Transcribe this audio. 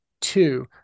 two